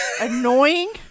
annoying